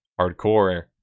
hardcore